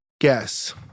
Guess